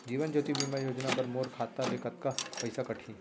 जीवन ज्योति बीमा योजना बर मोर खाता ले कतका पइसा कटही?